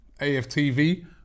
AFTV